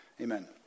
Amen